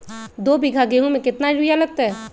दो बीघा गेंहू में केतना यूरिया लगतै?